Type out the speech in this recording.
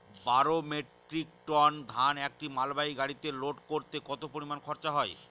বারো metric ton ধান একটি মালবাহী গাড়িতে লোড করতে কতো পরিমাণ খরচা হয়?